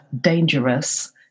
dangerous